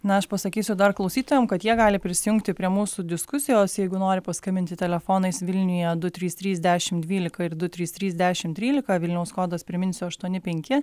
na aš pasakysiu dar klausytojams kad jie gali prisijungti prie mūsų diskusijos jeigu nori paskambinti telefonais vilniuje du trys trys dešimt dvylika ir du trys trys dešimt trylika vilniaus kodas priminsiu aštuoni penki